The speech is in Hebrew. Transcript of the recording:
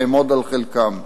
ואעמוד על חלקם: